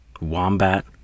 Wombat